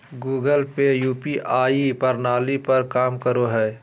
Google Pay UPI प्रणाली पर काम करो हय